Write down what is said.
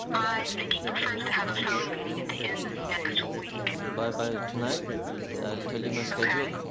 i think he prefers to have a phone meeting at the end of next week. by by tonight i'll tell you my schedule.